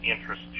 interest